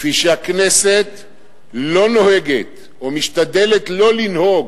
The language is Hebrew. כפי שהכנסת לא נוהגת או משתדלת לא לנהוג